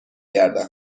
گردم